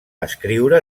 escriure